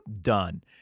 done